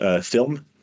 film